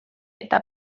eta